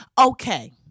okay